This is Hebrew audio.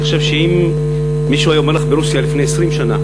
אני חושב שאם מישהו היה אומר לך ברוסיה לפני 20 שנה,